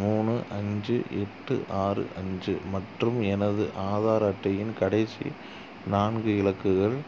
மூணு அஞ்சு எட்டு ஆறு அஞ்சு மற்றும் எனது ஆதார் அட்டையின் கடைசி நான்கு இலக்குகள்